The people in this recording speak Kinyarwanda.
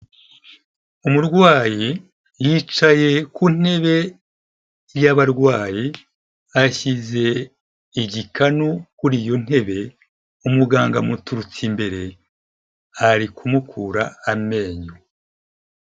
Umurwayi yicaye ku ntebe y'abarwayi, ashyize igikanu kuri iyo ntebe, umuganga amuturutse, imbere ari kumukura amenyo.